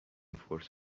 فرصت